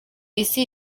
isi